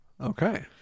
Okay